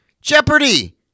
Jeopardy